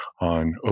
on